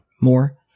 more